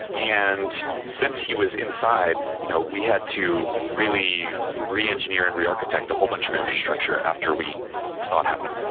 and since he was inside, you know we had to really reengineer and rearchitect a whole bunch of infrastructure after we saw it happen.